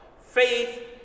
faith